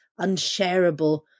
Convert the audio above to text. unshareable